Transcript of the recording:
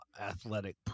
athletic